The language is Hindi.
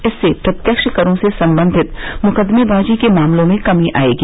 इससे प्रत्यक्ष करों से संबंधित मुकदमेवाजी के मामलों में कमी आएगी